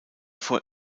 vor